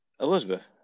Elizabeth